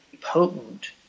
potent